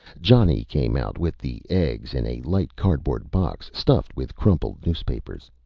johnny came out with the eggs in a light cardboard box stuffed with crumpled newspapers.